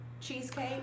cheesecake